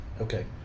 Okay